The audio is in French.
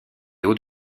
hauts